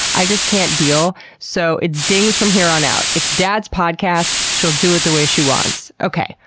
i just can't deal, so it's dings from here on out. it's dad's podcast. she'll do it the way she wants. okay,